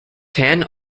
tan